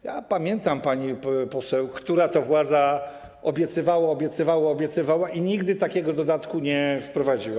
Ja pamiętam, pani poseł, która to władza obiecywała, obiecywała, obiecywała i nigdy takiego dodatku nie wprowadziła.